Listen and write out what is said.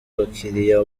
abakiriya